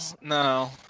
no